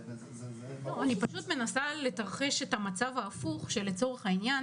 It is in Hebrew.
אני מוכרחה לומר.